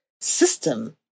system